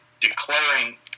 declaring